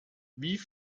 wie